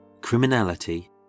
criminality